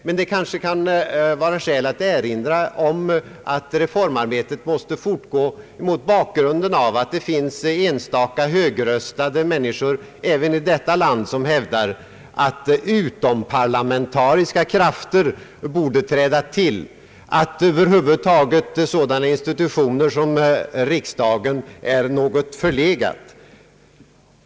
Men det kan kanske vara skäl att erinra om att reformarbetet måste fortgå, bl.a. mot bakgrunden av att det finns enstaka högröstade människor även i detta land som hävdar att utomparlamentariska krafter bör träda till och att över huvud taget en sådan institution som riksdagen är något förlegad.